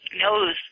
knows